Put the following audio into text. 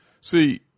see